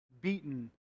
beaten